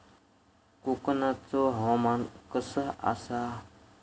कोकनचो हवामान कसा आसा?